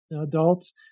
adults